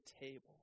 table